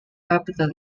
capital